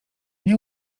nie